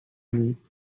and